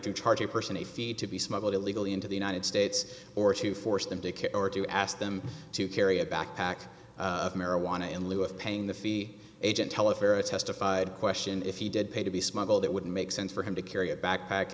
to charge a person a fee to be smuggled illegally into the united states or to force them to care or to ask them to carry a backpack of marijuana in lieu of paying the fee agent tell a ferret testified question if he did pay to be smuggled it wouldn't make sense for him to carry a backpack